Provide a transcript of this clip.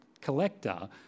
collector